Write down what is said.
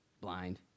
blind